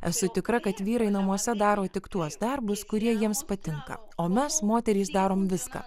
esu tikra kad vyrai namuose daro tik tuos darbus kurie jiems patinka o mes moterys darom viską